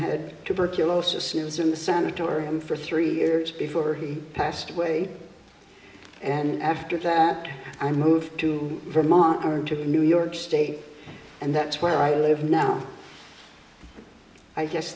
had tuberculosis news in the sanatorium for three years before he passed away and after that i moved to vermont or to new york state and that's where i live now i guess